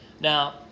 Now